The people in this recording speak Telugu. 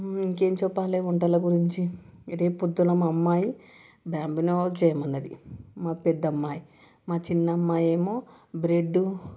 ఇంకేం చెప్పాలి వంటలు గురించి రేపొద్దున మా అమ్మాయి బాంబినో చేయమన్నది మా పెద్ద అమ్మాయి మా చిన్న అమ్మాయి ఏమో బ్రెడ్డు